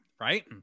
Right